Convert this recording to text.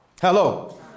Hello